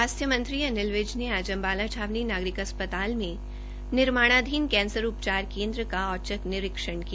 स्वास्थ्य मत्री अनिल विज ने आज अम्बाला छावनी नागरिक अस्पताल में निर्माणाधीन कैंसर उपचार केन्द्र का औचनक निरीक्षण किया